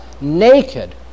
naked